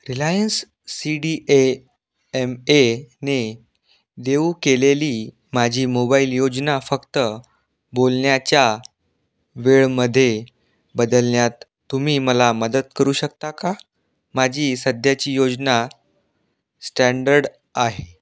Reliance C D A M एने देऊ केलेली माझी मोबाईल योजना फक्त बोलण्याच्या वेळेमध्ये बदलण्यात तुम्ही मला मदत करू शकता का माझी सध्याची योजना स्टँडर्ड आहे